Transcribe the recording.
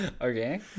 Okay